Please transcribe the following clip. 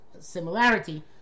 similarity